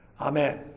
amen